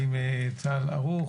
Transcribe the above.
האם צה"ל ערוך,